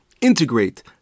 integrate